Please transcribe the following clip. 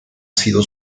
sido